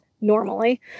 normally